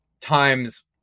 times